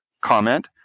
comment